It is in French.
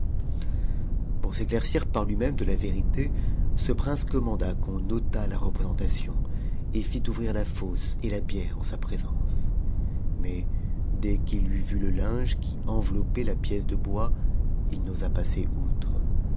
pour s'éclaircir par lui-même de la vérité ce prince commanda qu'on otât la représentation et fit ouvrir la fosse et la bière en sa présence mais dès qu'i eut vu le linge qui enveloppait la pièce de bois il n'osa passer outre